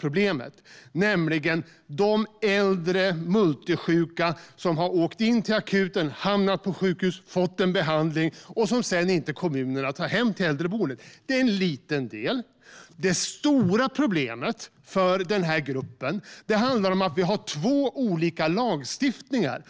problemet med de äldre multisjuka som har åkt in till akuten, hamnat på sjukhus och fått en behandling och som sedan inte kommunerna tar hem till äldreboendet. Vi såg detta, och vi såg att det är en liten del av det stora problemet. Det stora problemet för denna grupp handlar om att vi har två olika lagstiftningar.